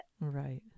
Right